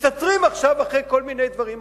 מסתתרים עכשיו מאחורי כל מיני דברים אחרים.